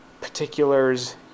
particulars